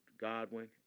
Godwin